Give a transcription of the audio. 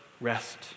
rest